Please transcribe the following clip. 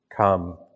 come